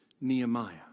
Nehemiah